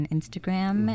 Instagram